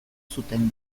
zuten